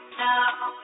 now